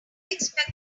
expect